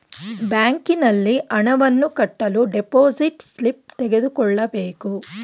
ಬ್ಯಾಂಕಿನಲ್ಲಿ ಹಣವನ್ನು ಕಟ್ಟಲು ಡೆಪೋಸಿಟ್ ಸ್ಲಿಪ್ ತೆಗೆದುಕೊಳ್ಳಬೇಕು